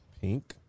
Pink